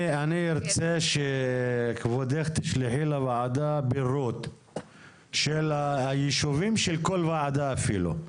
אני ארצה שכבודה תשלחי לוועדה פירוט של הישובים של כל ועדה אפילו.